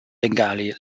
bengali